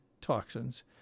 toxins